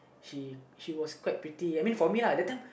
she she was quite pretty I mean for me lah that time